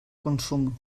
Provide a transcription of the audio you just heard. consum